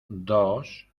dos